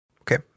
Okay